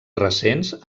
recents